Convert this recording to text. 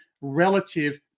relative